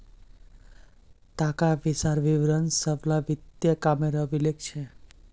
ताका पिसार विवरण सब ला वित्तिय कामेर अभिलेख छे